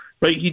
right